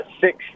six